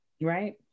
right